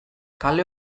kale